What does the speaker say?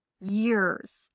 years